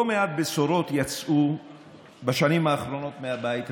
לא מעט בשורות יצאו בשנים האחרונות מהבית הזה.